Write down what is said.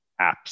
apps